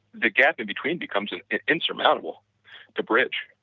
the gap in between becomes insurmountable the bridge,